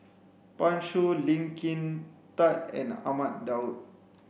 Pan Shou Lee Kin Tat and Ahmad Daud